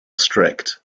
strict